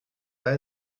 pas